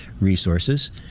resources